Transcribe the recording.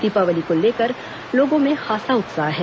दीपावली को लेकर लोगों में खासा उत्साह है